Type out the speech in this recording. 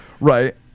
Right